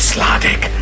Sladek